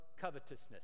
covetousness